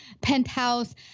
penthouse